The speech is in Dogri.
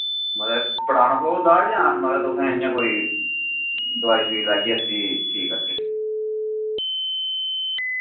मतलब पटाना पौग दाड़ जां मतलब तुसैं इय्यां कोई दोआई शुआई लाइयै इस्सी ठीक करगे